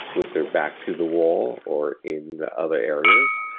with their back to the wall or in other areas.